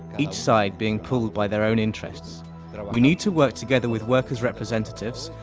each side being pulled by their own interests we need to work together with workers' representatives,